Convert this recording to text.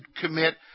commit